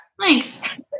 Thanks